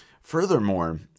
Furthermore